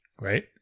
right